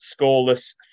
Scoreless